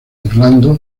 orlando